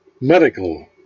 medical